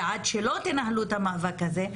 ועד שלא תנהלו את המאבק הזה,